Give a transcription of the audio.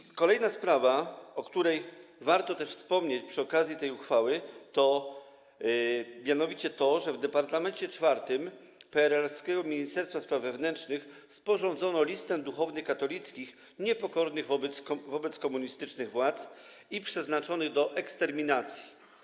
I kolejną sprawą, o której warto też wspomnieć przy okazji tej uchwały, jest mianowicie to, że w Departamencie IV peerelowskiego Ministerstwa Spraw Wewnętrznych sporządzono listę duchownych katolickich niepokornych wobec komunistycznych władz i przeznaczonych do eksterminacji.